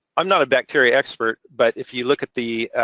i'm not a bacteria expert, but if you look at the